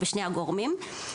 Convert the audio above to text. בשני הגורמים.